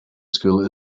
school